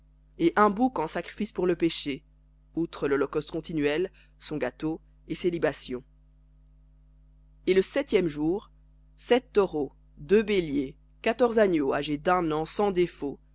et un bouc en sacrifice pour le péché outre l'holocauste continuel son gâteau et sa libation et le cinquième jour neuf taureaux deux béliers quatorze agneaux âgés d'un an sans défaut